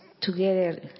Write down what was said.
together